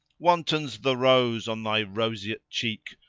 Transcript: wantons the rose on thy roseate cheek,